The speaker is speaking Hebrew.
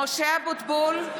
משה אבוטבול,